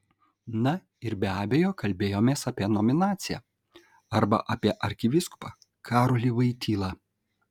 na ir be abejo kalbėjomės apie nominaciją arba apie arkivyskupą karolį voitylą